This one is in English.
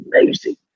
amazing